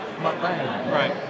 Right